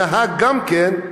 שנהג גם כן,